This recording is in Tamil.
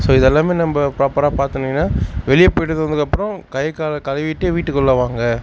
ஸோ இதலாமே நம்ம ப்ராப்பராக பார்த்துனிங்கனா வெளியே போயிட்டு வந்ததுக்கப்றம் கை காலை கழுவிட்டே வீட்டுக்குள்ளே வாங்க